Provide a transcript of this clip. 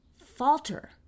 falter